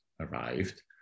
arrived